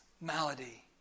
malady